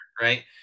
right